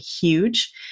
huge